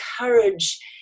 encourage